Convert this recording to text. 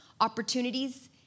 opportunities